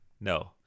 No